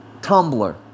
Tumblr